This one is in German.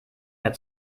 mehr